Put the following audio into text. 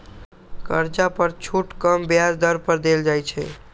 कर्जा पर छुट कम ब्याज दर पर देल जाइ छइ